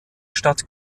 stadt